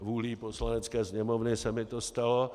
Vůlí Poslanecké sněmovny se mi to stalo.